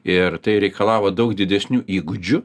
ir tai reikalavo daug didesnių įgūdžių